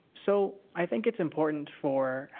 so, i think it's important for